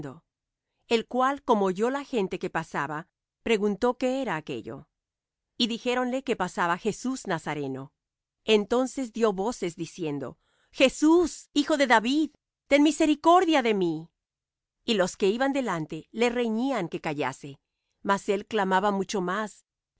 el cual como oyó la gente que pasaba preguntó qué era aquello y dijéronle que pasaba jesús nazareno entonces dió voces diciendo jesús hijo de david ten misericordia de mí y los que iban delante le reñían que callase mas él clamaba mucho más